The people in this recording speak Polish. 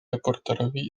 reporterowi